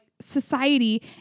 society